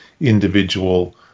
individual